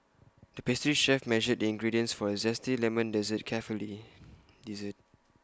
the pastry chef measured the ingredients for A Zesty Lemon Dessert carefully